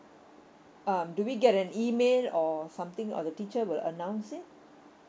um do we get an email or something or the teacher will announce it